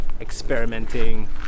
experimenting